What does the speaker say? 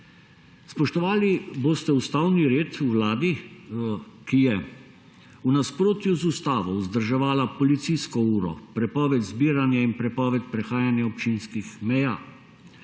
Spoštovali boste ustavni red v vladi, ki je v nasprotju z ustavo vzdrževala policijsko uro, prepoved zbiranja in prepoved prehajanja občinskih meja.